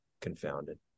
confounded